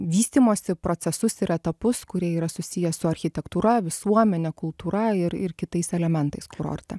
vystymosi procesus ir etapus kurie yra susiję su architektūra visuomene kultūra ir ir kitais elementais kurorte